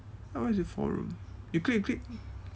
ya why is it four room you click you click